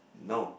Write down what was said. no